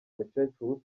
umukecuru